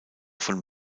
von